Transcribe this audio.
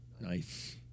Nice